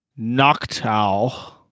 Noctowl